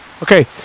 Okay